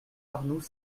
arnoux